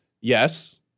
yes